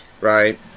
right